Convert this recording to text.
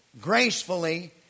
gracefully